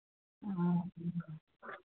हाँ